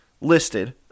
listed